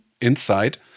inside